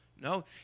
No